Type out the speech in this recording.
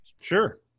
Sure